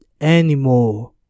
anymore